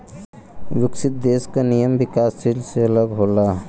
विकसित देश क नियम विकासशील से अलग होला